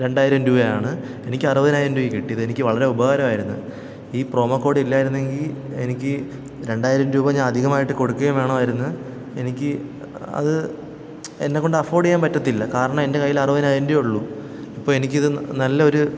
രണ്ടായിരം രൂപയാണ് എനിക്ക് അറുപതിനായിരം രൂപയ്ക്ക് കിട്ടി ഇതെനിക്ക് വളരെ ഉപകാരമായിരുന്നു ഈ പ്രമോ കോഡില്ലായിരുന്നെങ്കില് എനിക്ക് രണ്ടായിരം രൂപ ഞാൻ അധികമായിട്ട് കൊടുക്കുകയും വേണമായിരുന്നു എനിക്ക് അത് എന്നെക്കൊണ്ട് അഫൊർഡെയ്യാൻ പറ്റത്തില്ല കാരണമെൻ്റെ കയ്യില് അറുപതിനായിരം രൂപയേ ഉള്ളു ഇപ്പോഴെനിക്കിത് നല്ലൊരു